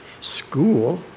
school